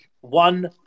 One